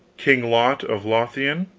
king lot of lothian.